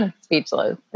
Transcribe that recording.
speechless